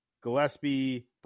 Gillespie